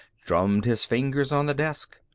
drummed his fingers on the desk.